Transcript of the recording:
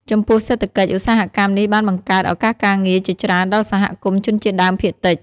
ចំពោះសេដ្ឋកិច្ច ឧស្សាហកម្មនេះបានបង្កើត ឱកាសការងារ ជាច្រើនដល់សហគមន៍ជនជាតិដើមភាគតិច។